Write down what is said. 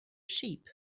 sheep